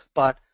but